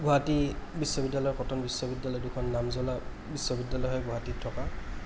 গুৱাহাটী বিশ্ববিদ্য়ালয় কটন বিশ্ববিদ্য়ালয় দুখন নামজ্বলা বিশ্ববিদ্য়ালয় হয় গুৱাহাটীত থকা